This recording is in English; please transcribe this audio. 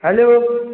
hello